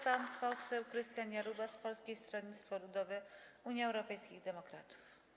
Pan poseł Krystian Jarubas, Polskie Stronnictwo Ludowe - Unia Europejskich Demokratów.